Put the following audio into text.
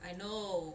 I know